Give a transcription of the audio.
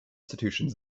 institutions